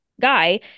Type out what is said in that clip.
Guy